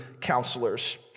counselor's